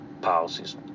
policies